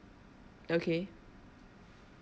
okay